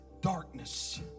darkness